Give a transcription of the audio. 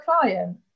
client